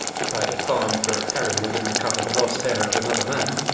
to pay a fine for a periwig, and recover the lost hair of another man.